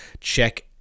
check